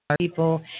people